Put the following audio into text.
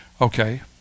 Okay